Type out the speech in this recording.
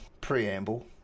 preamble